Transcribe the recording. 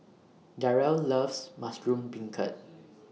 Darell loves Mushroom Beancurd